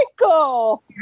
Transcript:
Michael